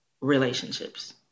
relationships